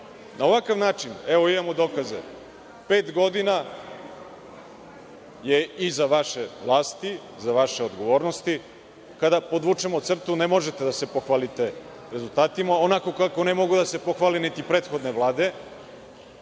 ovakav način, evo imamo dokaze, pet godina je iza vaše vlasti za vaše odgovornosti, kada podvučemo crtu ne možete da se pohvalite rezultatima, onako kako ne mogu da se pohvale ni prethodne vlade,